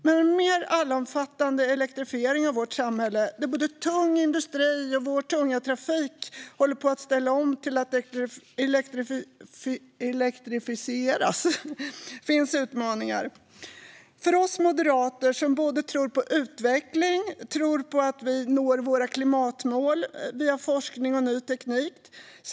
Med en mer allomfattande elektrifiering av vårt samhälle, där både tung industri och vår tunga trafik håller på att ställa om till att elektrifieras, finns utmaningar. Vi moderater tror på utveckling, att vi når våra klimatmål via forskning och ny teknik.